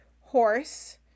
horse